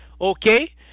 okay